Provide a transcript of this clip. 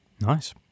Nice